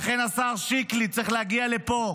לכן השר שיקלי צריך להגיע לפה,